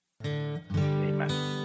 Amen